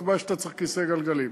תקבע שאתה צריך כיסא גלגלים,